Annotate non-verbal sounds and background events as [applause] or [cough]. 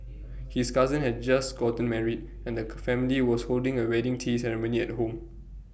his cousin had just gotten married and the [noise] family was holding A wedding tea ceremony at home